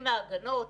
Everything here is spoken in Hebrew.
עם ההגנות,